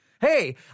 Hey